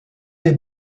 des